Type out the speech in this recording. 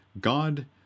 God